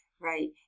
Right